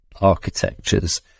architectures